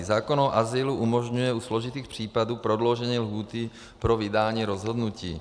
Zákon o azylu umožňuje u složitých případů prodloužení lhůty pro vydání rozhodnutí.